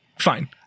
fine